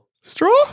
straw